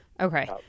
Okay